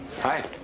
Hi